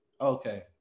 okay